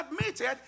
admitted